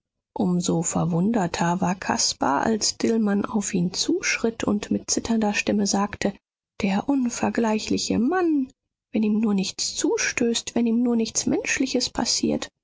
so verwunderter war caspar als dillmann auf ihn zuschritt und mit zitternder stimme sagte der unvergleichliche mann wenn ihm nur nichts zustößt wenn ihm nur nichts menschliches passiert